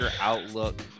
outlook